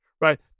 right